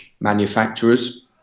manufacturers